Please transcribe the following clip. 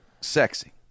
sexy